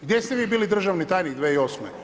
Gdje ste vi bili državni tajnik 2008.